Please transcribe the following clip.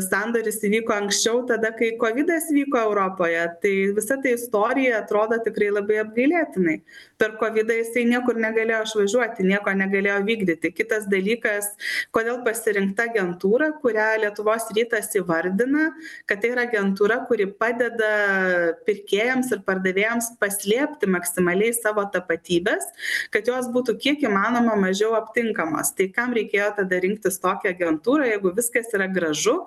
sandoris įvyko anksčiau tada kai kovidas vyko europoje tai visa ta istorija atrodo tikrai labai apgailėtinai tarp kovido jisai niekur negalėjo išvažiuoti nieko negalėjo vykdyti kitas dalykas kodėl pasirinkta agentūra kurią lietuvos rytas įvardina kad tai yra agentūra kuri padeda pirkėjams ir pardavėjams paslėpti maksimaliai savo tapatybes kad jos būtų kiek įmanoma mažiau aptinkamos tai kam reikėjo tada rinktis tokią agentūrą jeigu viskas yra gražu